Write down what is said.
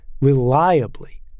reliably